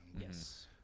Yes